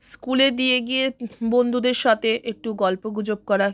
স্কুলে দিয়ে গিয়ে বন্ধুদের সাথে একটু গল্পগুজব করা